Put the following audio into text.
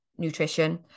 nutrition